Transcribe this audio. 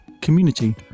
community